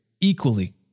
equally